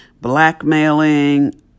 blackmailing